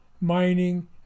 mining